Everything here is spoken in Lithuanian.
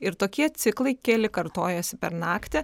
ir tokie ciklai keli kartojasi per naktį